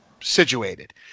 situated